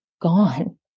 gone